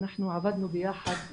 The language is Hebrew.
אנחנו עבדנו ביחד,